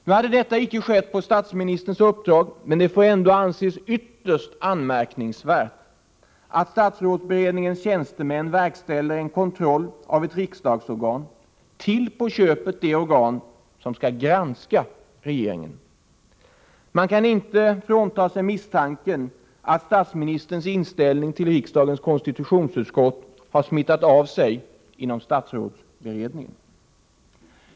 Nu hade detta besök icke skett på statsministerns uppdrag, men det får ändå anses ytterst anmärkningsvärt att statsrådsberedningens tjänstemän verkställer en kontroll av ett riksdagsorgan — till på köpet det utskott som skall granska regeringen. Man kan inte frigöra sig från misstanken att statsministerns inställning till riksdagens konstitutionsutskott har smittat av sig inom statsrådsberedningen.